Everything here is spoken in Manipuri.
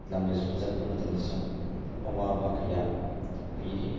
ꯂꯝꯗꯁꯨ ꯆꯠꯄ ꯃꯇꯝꯗꯁꯨ ꯑꯋꯥꯕ ꯀꯌꯥ ꯄꯤꯔꯤ